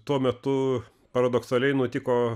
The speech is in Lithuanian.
tuo metu paradoksaliai nutiko